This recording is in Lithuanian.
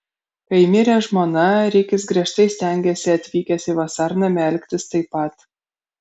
kai mirė žmona rikis griežtai stengėsi atvykęs į vasarnamį elgtis taip pat